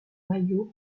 maillot